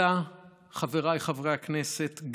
חבריי חברי הכנסת,